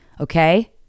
okay